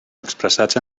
expressats